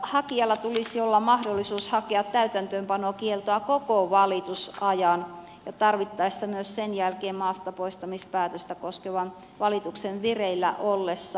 hakijalla tulisi olla mahdollisuus hakea täytäntöönpanokieltoa koko valitusajan ja tarvittaessa myös sen jälkeen maastapoistamispäätöstä koskevan valituksen vireillä ollessa